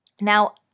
Now